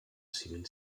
civil